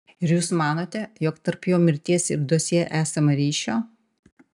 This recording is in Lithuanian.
ir jūs manote jog tarp jo mirties ir dosjė esama ryšio